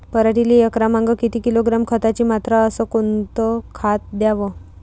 पराटीले एकरामागं किती किलोग्रॅम खताची मात्रा अस कोतं खात द्याव?